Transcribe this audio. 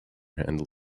and